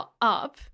up